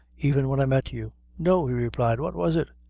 even when i met you. no, he replied, what was it?